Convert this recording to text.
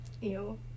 Ew